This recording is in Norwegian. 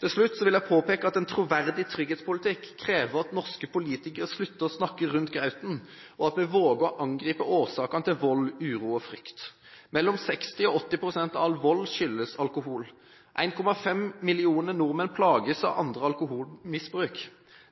Til slutt vil jeg påpeke at en troverdig trygghetspolitikk krever at norske politikere slutter å snakke rundt grøten, og at vi våger å angripe årsakene til vold, uro og frykt. Mellom 60 og 80 pst. av all vold skyldes alkohol. 1,5 millioner nordmenn plages av andres alkoholmisbruk.